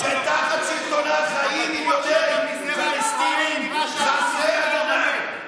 שתחת שלטונה חיים מיליוני פלסטינים חסרי הגנה.